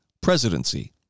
presidency